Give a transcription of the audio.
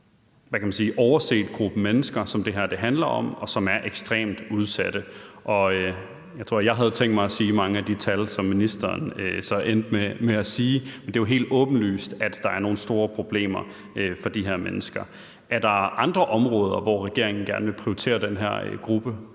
overset gruppe mennesker, som det her handler om, og som er ekstremt udsatte. Jeg havde tænkt mig at komme med mange af de tal, som ministeren så endte med at komme med, men det er jo helt åbenlyst, at der er nogle store problemer for de her mennesker. Er der andre områder, hvor regeringen gerne vil prioritere den her gruppe